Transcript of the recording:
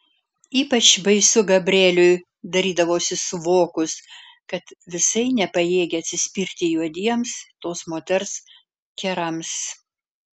ypač baisu gabrieliui darydavosi suvokus kad visai nepajėgia atsispirti juodiems tos moters kerams